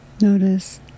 notice